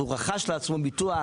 הוא רכש לעצמו ביטוח,